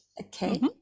Okay